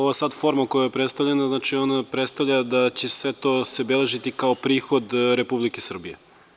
Ovo je sada forma koja je predstavljena, ona predstavlja da će sve to se beležiti kao prihod Republike Srbije.